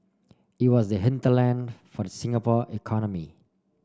it was the hinterland for the Singapore economy